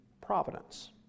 providence